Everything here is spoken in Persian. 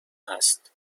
هست